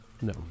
No